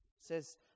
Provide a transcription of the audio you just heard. says